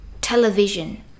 Television